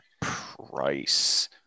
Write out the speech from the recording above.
price